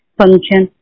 function